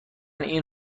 این